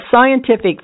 scientific